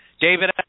David